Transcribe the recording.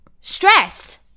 Stress